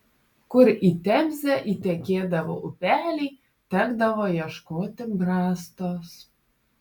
kur į temzę įtekėdavo upeliai tekdavo ieškoti brastos